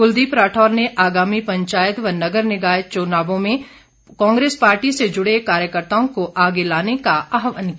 कुलदीप राठौर ने आगामी पंचायत व नगर निकाय चुनावों में कांग्रेस पार्टी से जुड़े कार्यकर्ताओं को आगे लाने का आहवान किया